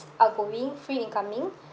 outgoing free incoming